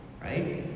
right